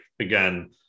again